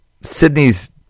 Sydney's